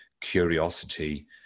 Curiosity